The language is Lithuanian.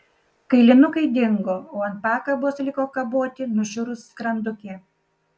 kailinukai dingo o ant pakabos liko kaboti nušiurus skrandukė